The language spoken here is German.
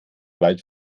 wald